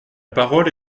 parole